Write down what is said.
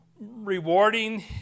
rewarding